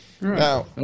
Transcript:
Now